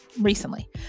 recently